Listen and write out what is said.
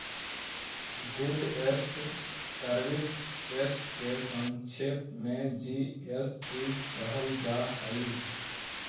goods and service टेस्ट के संक्षेप में जी.एस.टी कहल जा हई